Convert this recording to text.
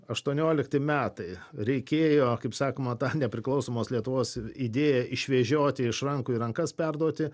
aštuoniolikti metai reikėjo kaip sakoma tą nepriklausomos lietuvos idėją išvežioti iš rankų į rankas perduoti